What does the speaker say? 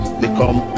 become